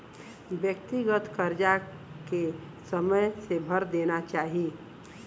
व्यक्तिगत करजा के समय से भर देना चाही